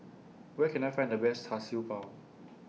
Where Can I Find The Best Char Siew Bao